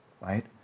right